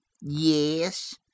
Yes